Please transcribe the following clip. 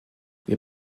wir